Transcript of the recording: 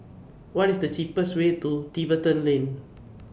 What IS The cheapest Way to Tiverton Lane